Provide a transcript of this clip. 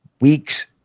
weeks